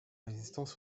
résistance